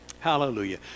Hallelujah